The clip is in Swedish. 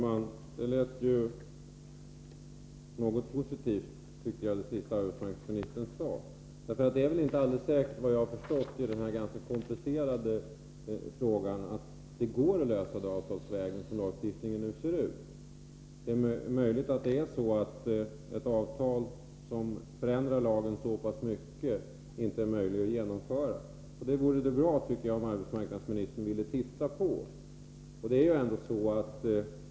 Herr talman! Det sista arbetsmarknadsministern sade lät åtminstone något positivt. Det är väl inte alldeles säkert, såvitt jag kunnat förstå denna ganska komplicerade fråga, att det går att lösa den lagstiftningsvägen, så som lagstiftningen nu ser ut. Det är möjligt att ett avtal som förändrar lagen så pass mycket inte går att träffa. Därför vore det bra om arbetsmarknadsministern ville titta på detta.